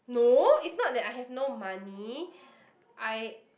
no it's not that I have no money I